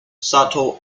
sato